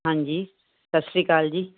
ਹਾਂਜੀ ਸਤਿ ਸ਼੍ਰੀ ਅਕਾਲ ਜੀ